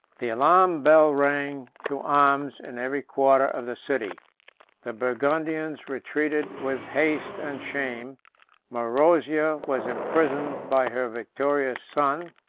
the alarum bell rang to arms in every quarter of the city the burgundians retreated with haste and shame marozia was imprisoned by her victorious son,